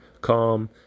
calm